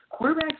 Quarterbacks